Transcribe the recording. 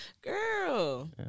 Girl